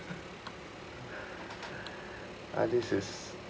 ah this is